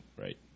right